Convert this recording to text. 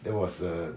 that was err